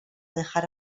dejar